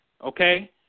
Okay